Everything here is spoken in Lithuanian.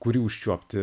kurį užčiuopti